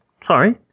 sorry